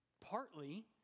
Partly